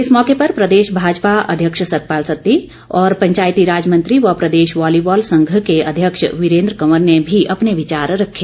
इस मौके पर प्रदेश भाजपा अध्यक्ष सतपाल सत्ती और पंचायतीराज मंत्री व प्रदेश वॉलीबॉल संघ के अध्यक्ष वीरेन्द्र कंवर ने भी अपने विचार रखे